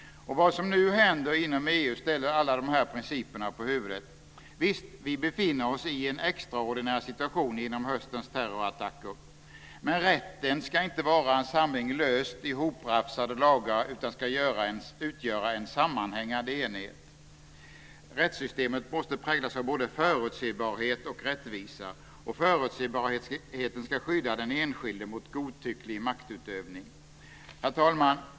Det som nu händer inom EU ställer alla de här principerna på huvudet. Visst befinner vi oss i en extraordinär situation genom höstens terrorattacker. Men rätten ska inte vara en samling löst hoprafsade lagar utan ska utgöra en sammanhängande enhet. Rättssystemet måste präglas av både förutsägbarhet och rättvisa. Förutsägbarheten ska skydda den enskilde mot godtycklig maktutövning. Herr talman!